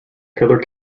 killer